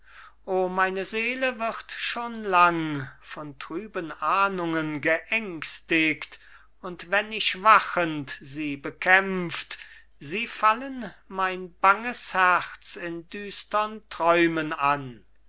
o meine seele wird schon lang von trüben ahnungen geängstigt und wenn ich wachend sie bekämpft sie fallen mein banges herz in düstern träumen an